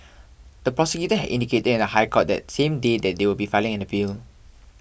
the prosecutors had indicated in the High Court that same day that they would be filing an appeal